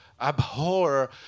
abhor